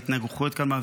וההתנגחויות כאן,